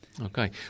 Okay